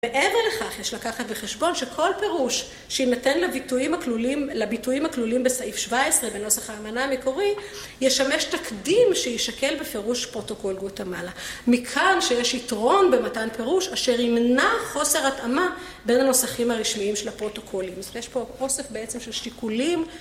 מעבר לכך, יש לקחת בחשבון שכל פירוש שיינתן לביטויים הכלולים בסעיף 17 בנוסח האמנה המקורי, ישמש תקדים שיישקל בפירוש פרוטוקול גוואטמלה. מכאן, שיש יתרון במתן פירוש אשר ימנע חוסר התאמה בין הנוסחים הרשמיים של הפרוטוקולים. אז יש פה אוסף בעצם של שיקולים